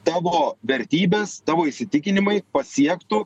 tavo vertybės tavo įsitikinimai pasiektų